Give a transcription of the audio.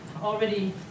already